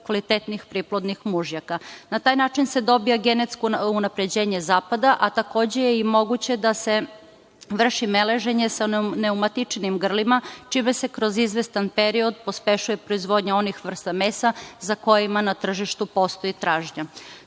kvalitetnih priplodnih mužjaka. Na taj način se dobija genetsko unapređenje zapada a takođe i moguće da se vrši meleženje sa neumatičnim grlima čime se kroz izvestan period pospešuje proizvodnja onih vrsta mesa za kojima na tržištu postoji tražnja.